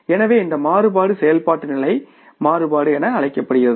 எனவே இந்த மாறுபாடு செயல்பாட்டு நிலை மாறுபாடு என அழைக்கப்படுகிறது